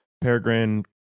peregrine